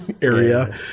area